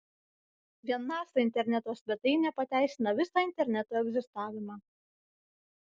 vien nasa interneto svetainė pateisina visą interneto egzistavimą